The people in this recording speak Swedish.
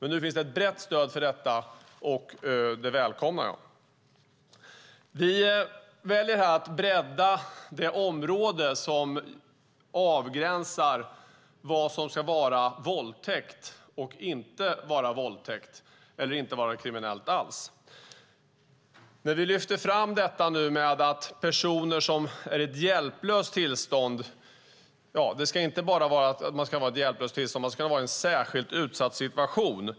Nu finns det ett brett stöd, och det välkomnar jag. Vi väljer här att bredda det område som avgränsar vad som ska vara våldtäkt, inte vara våldtäkt eller inte vara kriminellt alls. Vi lyfter fram personer som befinner sig i ett hjälplöst tillstånd eller i en särskilt utsatt situation.